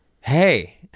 hey